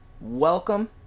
welcome